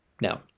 Now